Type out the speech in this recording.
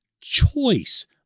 choice